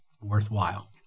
worthwhile